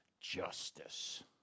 justice